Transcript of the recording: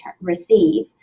receive